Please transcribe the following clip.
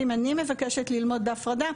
אם אני מבקשת ללמוד בהפרדה,